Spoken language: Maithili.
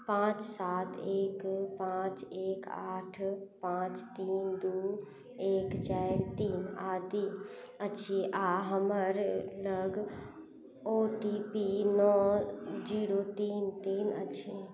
पाँच सात एक पाँच एक आठ पाँच तीन दू एक चारि तीन आदि अछि आ हमर लग ओ टी पी नओ जीरो तीन तीन अछि